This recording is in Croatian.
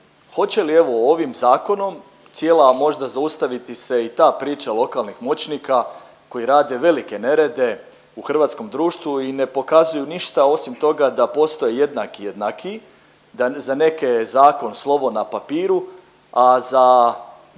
hoće li evo ovim zakonom cijela možda zaustaviti se i ta priča lokalnih moćnika koji rade velike nerede u hrvatskom društvu i ne pokazuju ništa osim toga da postoje jednaki i jednakiji, da za neke je zakon slovo na papiru, a za